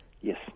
Yes